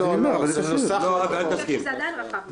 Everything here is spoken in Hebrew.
זה עדיין רחב מדי.